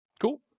Cool